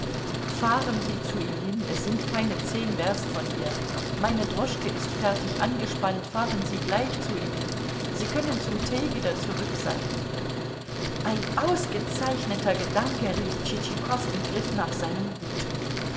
fahren sie zu ihm hin es sind keine zehn werst von hier meine droschke ist fertig angespannt fahren sie gleich zu ihm hin sie können zum tee wieder zurück sein ein ausgezeichneter gedanke rief tschitschikow und griff nach seinem hut